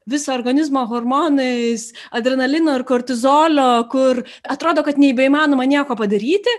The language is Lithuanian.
viso organizmo hormonais adrenalino ir kortizolio kur atrodo kad nebeįmanoma nieko padaryti